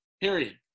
period